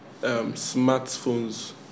Smartphones